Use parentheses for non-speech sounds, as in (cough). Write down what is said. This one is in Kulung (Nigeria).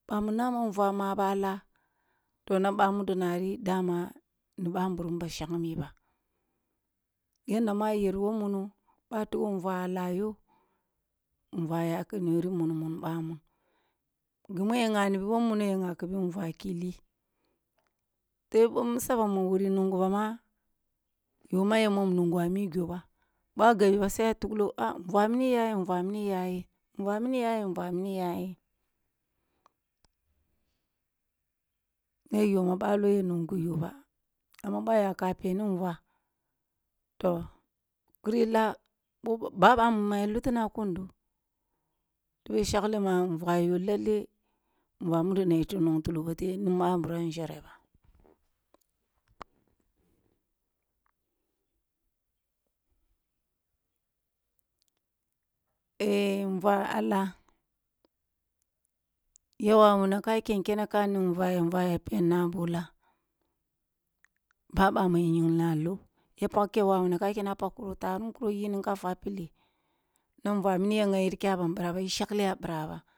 Ɓamu nah ma nvuah maba a lah toh na ɓamudo nari dama ni ɓamburum bashangme ba, yanda ma yori wo muno ɓoh a tigho nvuah a tah yo, nvuah ya khe nore wuni mun ɓamun ghi mu yara nghabi wo muna ya nghakibi nvuah ki lib, tebo ɓoh isa ba wuri nungu ba ma yo ma ya mun nungho a mi ghiyo ba, ɓoh a gabi ba sai a tukhlo ah nvuah mini yayen nvuah mini yayen, nvuah mini yayen nvuah mini yayen, na yo ma ɓalo ya nungu yo ba, amma ɓoh a ya peni nvuah toh khiri lay ɓo, ba ɓamuya lutiah kuni ndo, tebe shaklima nvuah yo lelle nvuah muado yete ba nungtelo ba the ni ɓamburum a nzhereba, ehn nuvuah a lah ya wawana kha ken kene kha ning nvuah, nuaha ya penibo lah ba bami yinglina a loh, a pagh kowa wuni ya pagh kuro tarum ko yining ka fwah killi, na nvuah yi kyah ban ɓira ba, e shakle a ɓirah ba (noise)